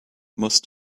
must